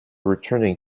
returning